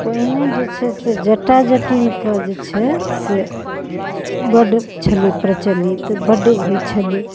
पहिने जे छै से जटा जटिनके जे छै से बड्ड छलै प्रचलित बड्ड होइ छलै